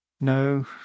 No